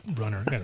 runner